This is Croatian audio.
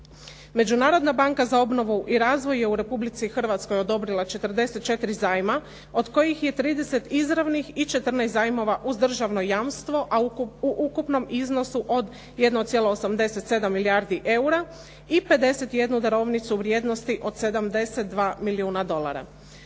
Međunarodna banka za obnovu i razvoj je u Republici Hrvatskoj odobrila 44 zajma od kojih je 30 izravnih i 14 zajmova uz državno jamstvo a u ukupnom iznosu od 1,87 milijardi eura i 51 darovnicu u vrijednosti od 72 milijuna dolara.